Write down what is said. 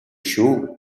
шүү